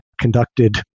conducted